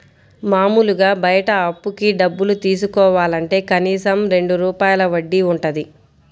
మాములుగా బయట అప్పుకి డబ్బులు తీసుకోవాలంటే కనీసం రెండు రూపాయల వడ్డీ వుంటది